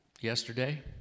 yesterday